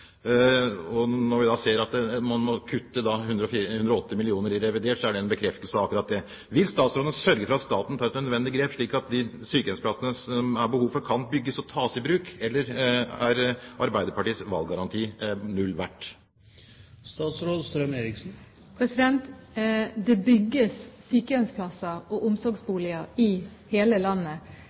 Når vi da ser at man kutter 180 mill. kr i revidert, er det en bekreftelse på akkurat det. Vil statsråden sørge for at staten tar et nødvendig grep, slik at de sykehjemsplassene som det er behov for, kan bygges og tas i bruk? Eller er Arbeiderpartiets valggaranti null verdt? Det bygges sykehjemsplasser og omsorgsboliger i hele landet.